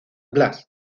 blas